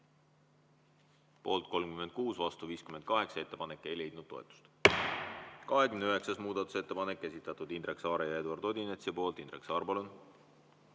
Poolt 36, vastu 58. Ettepanek ei leidnud toetust. 29. muudatusettepanek, esitanud Indrek Saar ja Eduard Odinets. Indrek Saar, palun!